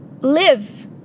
live